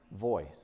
voice